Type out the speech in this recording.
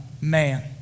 man